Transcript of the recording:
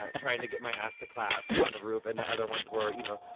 trying to get my ass to clap on the roof and the other ones were, you know,